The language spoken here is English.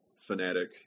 fanatic